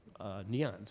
neons